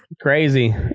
Crazy